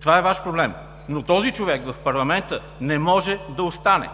Това е Ваш проблем, но този човек в парламента не може да остане.